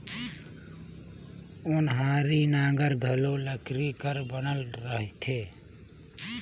ओनारी नांगर घलो लकरी कर बनल रहथे